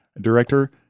director